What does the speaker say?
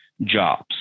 jobs